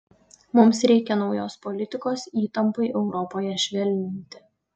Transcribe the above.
mums reikia naujos politikos įtampai europoje švelninti